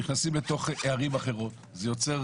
נכנסים לתוך ערים אחרות וזה יוצר